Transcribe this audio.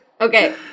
Okay